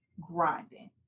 grinding